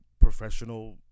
professional